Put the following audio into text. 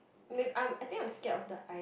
may~ I'm I think I'm scared of the i~